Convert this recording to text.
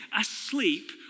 asleep